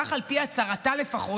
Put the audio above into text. כך על פי הצהרתה לפחות,